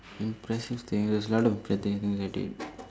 impressive things there's a lot of impressive things I did